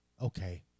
Okay